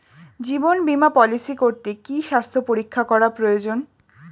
জীবন বীমা পলিসি করতে কি স্বাস্থ্য পরীক্ষা করা প্রয়োজন?